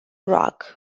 rock